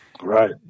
Right